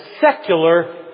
secular